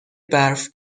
برف